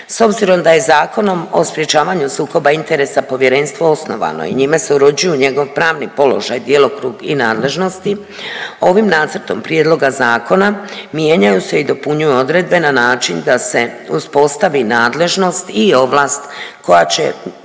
S obzirom da je Zakonom o sprječavanju sukoba interesa Povjerenstvo osnovano i njime se uređuje njegov pravni položaj, djelokrug i nadležnosti, ovim Nacrtom prijedloga zakona mijenjaju se i dopunjuju odredbe na način da se uspostavi nadležnost i ovlast koja će,